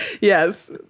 Yes